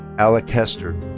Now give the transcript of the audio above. alec hester.